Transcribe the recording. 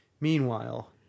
meanwhile